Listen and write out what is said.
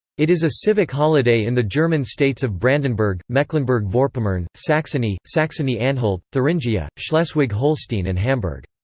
it is a civic holiday in the german states of brandenburg, mecklenburg-vorpommern, saxony, saxony-anhalt, thuringia, schleswig-holstein and hamburg.